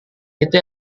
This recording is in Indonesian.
itu